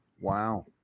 Wow